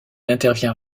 intervient